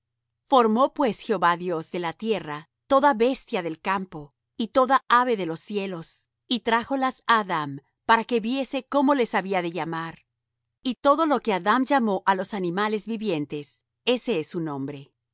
formó pues jehová dios de la tierra toda bestia del campo y toda ave de los cielos y trájolas á adam para que viese cómo les había de llamar y todo lo que adam llamó á los animales vivientes ese es su nombre